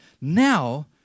Now